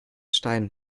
stein